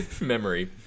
memory